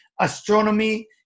astronomy